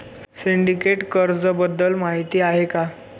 Syndicate कर्जाबद्दल माहिती आहे का?